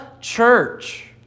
church